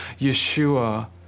Yeshua